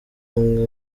umwe